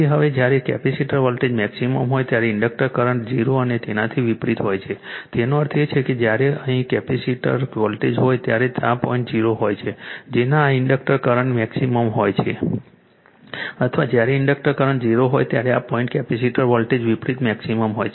તેથી હવે જ્યારે કેપેસિટર વોલ્ટેજ મેક્સિમમ હોય ત્યારે ઇન્ડક્ટર કરંટ 0 અને તેનાથી વિપરીત હોય છે તેનો અર્થ એ છે કે જ્યારે અહીં કેપેસિટર વોલ્ટેજ હોય ત્યારે તે આ પોઈન્ટ 0 હોય છે જેમાં આ ઇન્ડક્ટર કરંટ મેક્સિમમ હોય છે અથવા જ્યારે ઇન્ડક્ટર કરંટ 0 હોય ત્યારે આ પોઈન્ટ કેપેસિટર વોલ્ટેજ વિપરીત મેક્સિમમ હોય છે